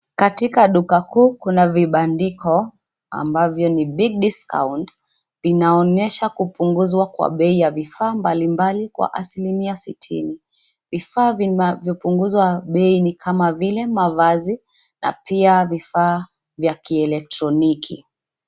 Katika duka kuu kuna vibandiko, ambavyo ni BigDiscount! Linaonyesha kupunguzwa kwa bei ya vifaa mbalimbali kwa asilimia sitini. Vifaa vinavyopunguzwa bei ni kama vile: mavazi, na pia vifaa, vya kielektroniki.